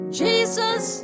jesus